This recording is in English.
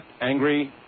angry